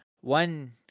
One